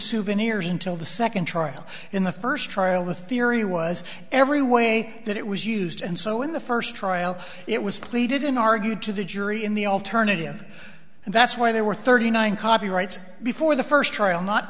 souvenirs until the second trial in the first trial the theory was every way that it was used and so in the first trial it was pleaded in argued to the jury in the alternative and that's why there were thirty nine copyrights before the first trial not